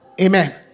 Amen